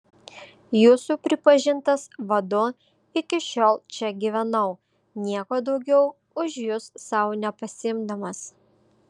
jūsų pripažintas vadu iki šiol čia gyvenau nieko daugiau už jus sau nepasiimdamas